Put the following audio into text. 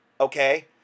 okay